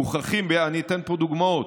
אני אתן פה דוגמאות,